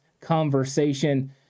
conversation